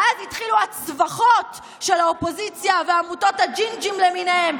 ואז התחילו הצווחות של האופוזיציה ועמותות הג'ינג'ים למיניהם,